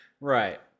Right